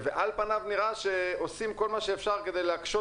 על פניו נראה שעושים כל מה שאפשר כדי להקשות